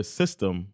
system